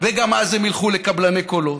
גם אז הם ילכו לקבלני קולות,